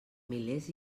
milers